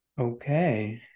Okay